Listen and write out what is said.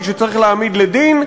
מי שצריך להעמיד לדין,